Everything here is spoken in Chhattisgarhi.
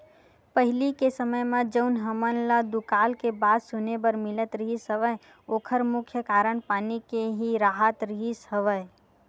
पहिली के समे म जउन हमन ल दुकाल के बात सुने बर मिलत रिहिस हवय ओखर मुख्य कारन पानी के ही राहत रिहिस हवय